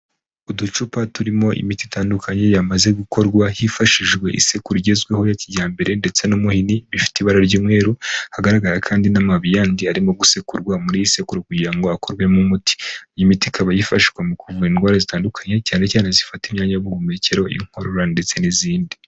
Uducupa turimo imiti itandukanye yamaze gukorwa hifashishijwe isekuru igezweho ya kijyambere ndetse n'umuhini bifite ibara ry'umweru, hagaragara kandi n'amababi yandi arimo gusekurwa muri iyi sekuru kugira ngo akorwemo umuti. Iyi miti ikaba yifashishwa mu kuvura indwara zitandukanye cyane cyane zifata imyanya y'ubuhumekero inkorora ndetse n'izindi.